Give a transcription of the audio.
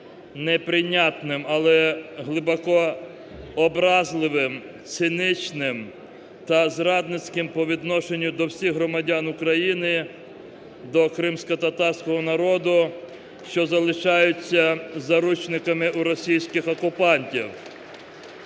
неприйнятним, але глибоко образливим, цинічним та зрадницьким по відношенню до всіх громадян України, до кримськотатарського народу, що залишаються заручниками у російських окупантів.